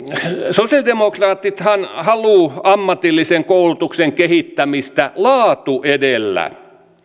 sosiaalidemokraatithan haluavat ammatillisen koulutuksen kehittämistä laatu edellä